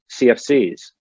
CFCs